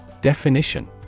Definition